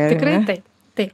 tikrai taip taip